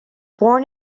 born